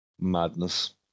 Madness